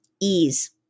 ease